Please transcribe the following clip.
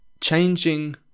changing